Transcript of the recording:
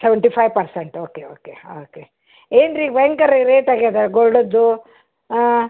seventy five percent okay okay okay ಏನು ರೀ ಭಯಂಕರ ರೇಟ್ ಆಗ್ಯದೆ ಗೋಲ್ಡದ್ದು ಹಾಂ